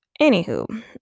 Anywho